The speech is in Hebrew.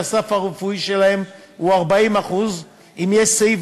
שהסף הרפואי שלהם הוא 40% אם יש סעיף